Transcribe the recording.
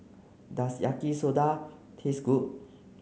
does Yaki Soda taste good